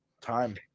Time